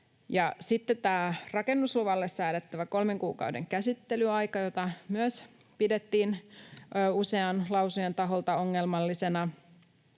rakennusluvalle säädettävä kolmen kuukauden käsittelyaika, jota myös pidettiin usean lausujan taholta ongelmallisena.